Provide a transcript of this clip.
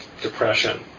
depression